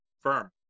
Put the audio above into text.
firm